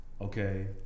Okay